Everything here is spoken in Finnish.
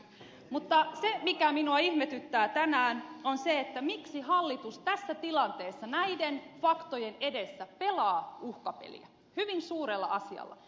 mutta se mikä minua ihmetyttää tänään on se miksi hallitus tässä tilanteessa näiden faktojen edessä pelaa uhkapeliä hyvin suurella asialla